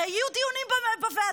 הרי יהיו דיונים בוועדות,